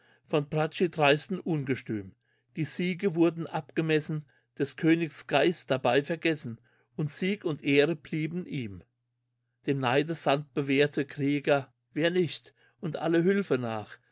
von brachi dreisten ungestüm die siege wurden abgemessen des königs geist dabei vergessen und sieg und ehre blieben ihm dem neide sand bewehrte krieger wer nicht und alle hülfe nach